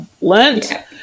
learned